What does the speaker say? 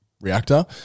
reactor